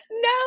No